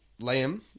Liam